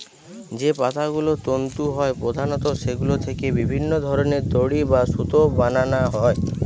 যে পাতাগুলো তন্তু হয় প্রধানত সেগুলো থিকে বিভিন্ন ধরনের দড়ি বা সুতো বানানা হয়